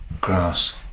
grass